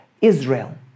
Israel